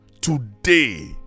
Today